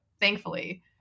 thankfully